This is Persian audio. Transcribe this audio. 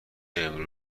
امروز